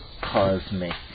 cosmic